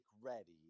ready